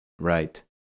Right